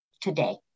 today